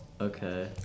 Okay